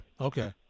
Okay